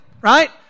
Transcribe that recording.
right